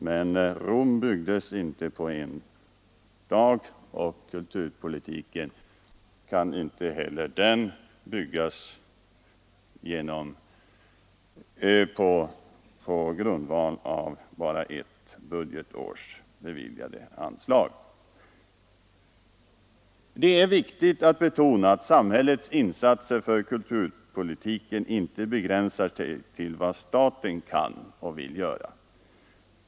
Men Rom byggdes inte på en dag, och kulturpolitiken kan inte heller den byggas på grundval av bara ett budgetårs beviljade anslag. Det är viktigt att betona att samhällets insatser för kulturpolitiken inte begränsar sig till vad staten kan och vill göra.